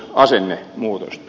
arvoisa herra puhemies